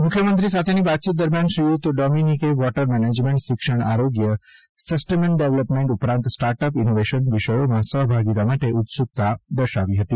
મુખ્યમંત્રીશ્રી સાથેની વાતચીત દરમ્યાન શ્રીયુત ડોમીનીકએ વોટર મેનેજમેન્ટ શિક્ષણ આરોગ્ય સસ્ટેઇનેબલ ડેવલપમેન્ટ ઉપરાંત સ્ટાર્ટઅપ ઇનોવેશનના વિષયોમાં સહભાગીતા માટે ઉત્સુકતા દર્શાવી હતી